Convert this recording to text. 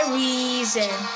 reason